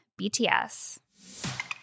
bts